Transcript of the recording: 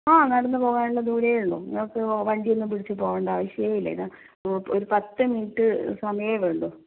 ആ നടന്ന് പോകാനുള്ള ദൂരമെ ഉള്ളൂ നിങ്ങൾക്ക് വണ്ടി ഒന്നും വിളിച്ച് പോകേണ്ട അവശ്യമെ ഇല്ല ഒരു പത്തു മിനിറ്റ് സമയമേ വേണ്ടു